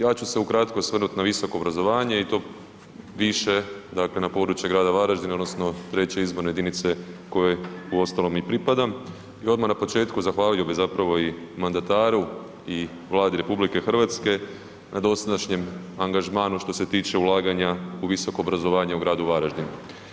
Ja ću se ukratko osvrnuti na visoko obrazovanje i to više na područje grada Varaždina odnosno 3. izborne jedinice kojoj uostalom i pripadam i odmah na početku, zahvalio bih zapravo i mandataru i Vladi RH na dosadašnjem angažmanu što se tiče ulaganja u visoko obrazovanje u gradu Varaždinu.